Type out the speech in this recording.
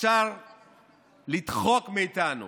אפשר לדחוק מאיתנו